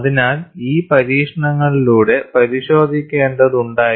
അതിനാൽ ഇത് പരീക്ഷണങ്ങളിലൂടെ പരിശോധിക്കേണ്ടതുണ്ടായിരുന്നു